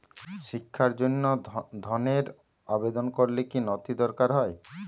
শিক্ষার জন্য ধনের আবেদন করলে কী নথি দরকার হয়?